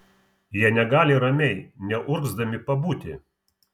jie negali ramiai neurgzdami pabūti